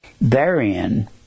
therein